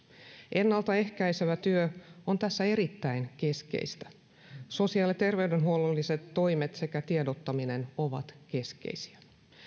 ennaltaehkäisevä työ on tässä erittäin keskeistä sosiaali ja terveydenhuollolliset toimet sekä tiedottaminen ovat keskeisiä